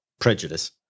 Prejudice